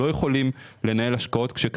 מנהלי ההשקעות לא יכולים לנהל השקעות כשיש